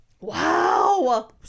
Wow